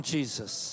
Jesus